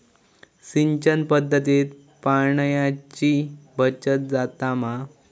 सिंचन पध्दतीत पाणयाची बचत जाता मा?